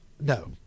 No